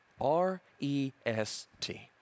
R-E-S-T